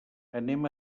anem